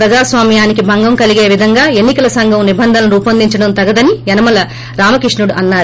ప్రజాస్వామ్యానికి భంగం కలిగే విధంగా ఎన్ని కల సంఘం నిబంధనలు రూపొందించడం తగదని యనమల రామకృష్ణుడు అన్నారు